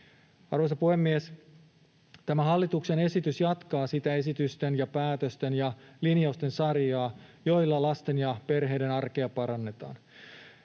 Arvoisa puhemies! Tämä hallituksen esitys jatkaa sitä esitysten ja päätösten ja linjausten sarjaa, jolla lasten ja perheiden arkea parannetaan.